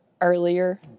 earlier